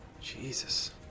Jesus